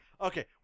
Okay